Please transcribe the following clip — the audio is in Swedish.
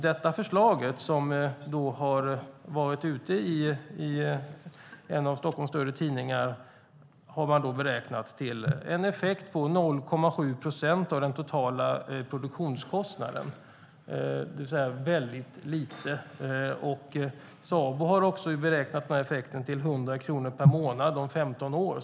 Detta förslag, som har presenterats i en av de större tidningarna i Stockholm, har beräknats få en effekt på 0,7 procent av den totala produktionskostnaden, det vill säga lite. Sabo har också beräknat effekten till 100 kronor per månad om 15 år.